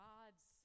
God's